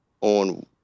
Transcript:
on